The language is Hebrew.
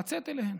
לצאת אליהן.